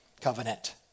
covenant